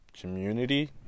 community